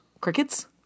crickets